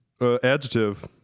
adjective